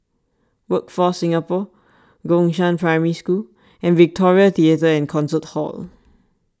Workforce Singapore Gongshang Primary School and Victoria theatre and Concert Hall